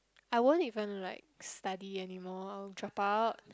I won't even like study anymore I will dropout